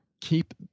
keep